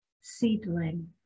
seedling